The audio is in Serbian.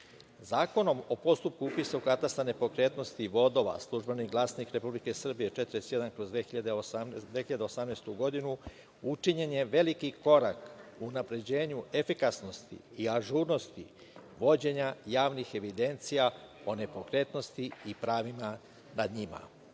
Zakonom o postupku upisa u katastar nepokretnosti i vodova „Službeni glasnik RS“ 41/2018 godinu učinjen je veliki korak u unapređenju efikasnosti i ažurnosti vođenja javnih evidencija o nepokretnosti i pravima nad